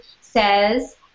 says